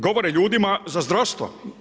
Govore ljudima za zdravstvo.